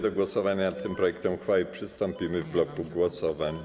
Do głosowania nad tym projektem uchwały przystąpimy w bloku głosowań.